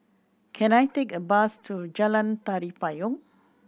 can I take a bus to Jalan Tari Payong